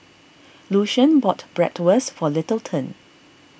Lucian bought Bratwurst for Littleton